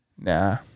Nah